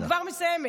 אני כבר מסיימת.